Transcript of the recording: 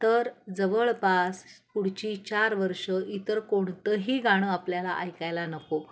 तर जवळपास पुढची चार वर्षं इतर कोणतंही गाणं आपल्याला ऐकायला नको